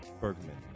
Bergman